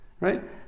right